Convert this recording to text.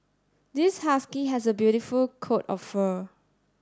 this husky has a beautiful coat of fur